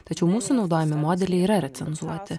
tačiau mūsų naudojami modeliai yra recenzuoti